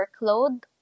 workload